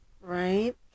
Right